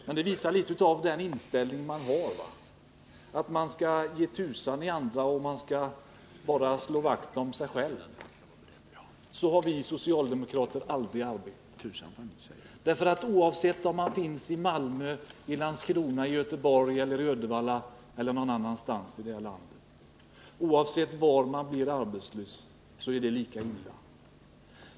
Men det visar vilken inställning man har. Man skall ge tusan i andra och slå vakt om sina egna intressen. Så har vi socialdemokrater aldrig arbetat. Oavsett om man bor i Malmö, Landskrona, Göteborg, Uddevalla eller någon annanstans i det här landet, oavsett var man blir arbetslös, så är det lika illa.